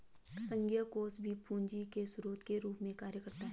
संघीय कोष भी पूंजी के स्रोत के रूप में कार्य करता है